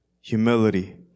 humility